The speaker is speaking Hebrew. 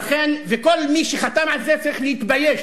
כל מי שחתם על זה צריך להתבייש,